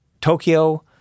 Tokyo